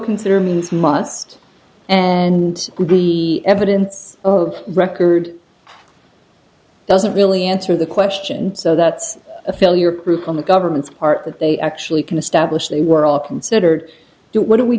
consider means must and the evidence oh record doesn't really answer the question so that's a failure group on the government's part that they actually can establish they were all considered do what do we